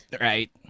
Right